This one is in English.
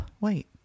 wait